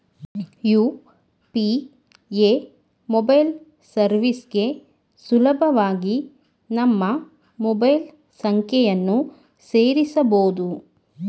UPA mobile ಸರ್ವಿಸ್ಗೆ ಸುಲಭವಾಗಿ ನಮ್ಮ ಮೊಬೈಲ್ ಸಂಖ್ಯೆಯನ್ನು ಸೇರಸಬೊದು